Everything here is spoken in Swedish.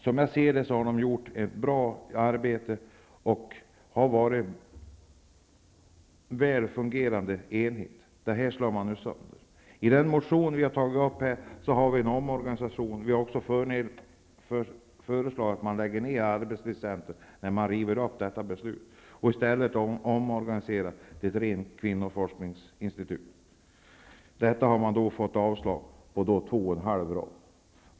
Som jag ser det har de gjort ett bra arbete och det har varit en väl fungerande enhet. Detta slår man nu sönder. I den motion som vi har avgett föreslår vi en omorganisation. Vi har också föreslagit att man skall lägga ned arbetslivscentrum när det aktuella beslutet rivs upp och i stället omorganiserar till ett rent kvinnoforskningsinstitut. Detta förslag har avstyrkts med en formulering som omfattar två och en halv rad.